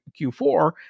Q4